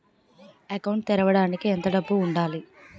Account తెరవడానికి ఎంత డబ్బు ఉండాలి?